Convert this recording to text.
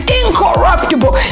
incorruptible